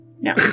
No